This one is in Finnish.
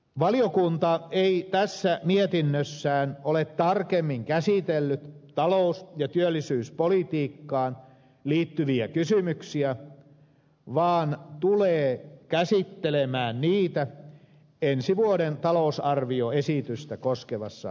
valiokunta ei tässä mietinnössään ole tarkemmin käsitellyt talous ja työllisyyspolitiikkaan liittyviä kysymyksiä vaan tulee käsittelemään niitä ensi vuoden talousarvioesitystä koskevassa mietinnössään